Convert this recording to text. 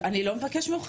אני לא מבקשת ממך,